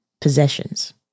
possessions